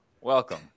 Welcome